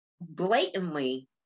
blatantly